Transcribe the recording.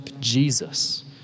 Jesus